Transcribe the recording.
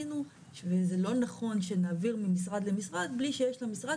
זה לא נכון שנעביר ממשרד למשרד בלי שיש למשרד